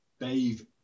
Dave